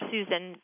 Susan